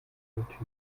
tiefstand